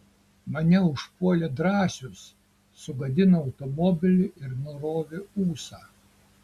mane užpuolė drąsius sugadino automobilį ir nurovė ūsą